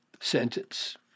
sentence